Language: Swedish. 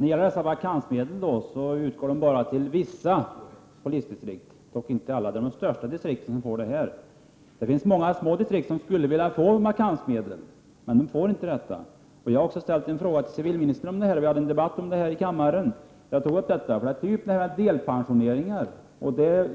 Herr talman! Vakansmedel utgår ju bara till vissa polisdistrikt — bara till de största. Det finns många små distrikt som skulle vilja få vakansmedel men som inte får det. Jag har ställt en fråga till civilministern, och vi diskuterade denna sak i kammaren. De små distrikten får ingen ersättning för delpensioneringar,